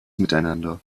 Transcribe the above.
miteinander